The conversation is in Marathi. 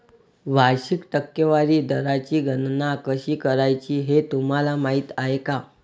वार्षिक टक्केवारी दराची गणना कशी करायची हे तुम्हाला माहिती आहे का?